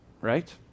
Right